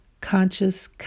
Conscious